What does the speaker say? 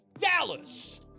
Dallas